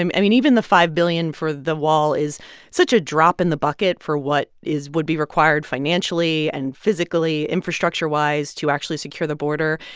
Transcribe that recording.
and i mean, even the five billion for the wall is such a drop in the bucket for what is would be required financially and physically, infrastructure-wise, to actually secure the border.